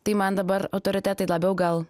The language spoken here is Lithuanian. tai man dabar autoritetai labiau gal